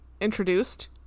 introduced